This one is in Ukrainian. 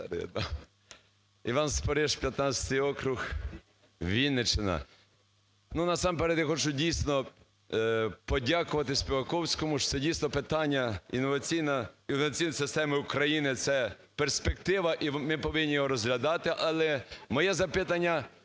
Іван Спориш, 15 округ Вінниччина. Ну, насамперед я хочу, дійсно, подякувати Співаковському, що це, дійсно, питання інноваційної системи України, це перспектива, і ми повинні його розглядати. Але моє запитання